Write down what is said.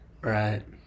Right